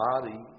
body